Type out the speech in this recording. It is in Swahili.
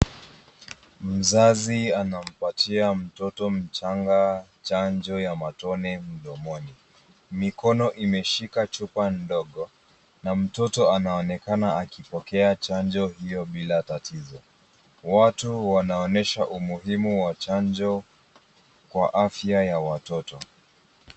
Mzazi anampatia mtoto mchanga chanjo ya matone mdomoni. Mikono imeshika chupa ndogo na mtoto anaonekana akipokea chanjo hiyo bila tatizo. Watu wanaonyesha umuhimu wa chanjo kwa afya ya watoto.